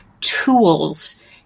tools